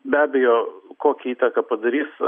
be abejo kokią įtaką padarys